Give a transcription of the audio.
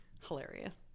Hilarious